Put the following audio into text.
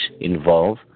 involve